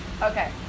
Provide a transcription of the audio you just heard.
Okay